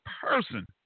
person